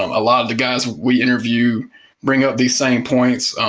um a lot of the guys we interview bring up these same points,